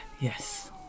yes